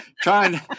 trying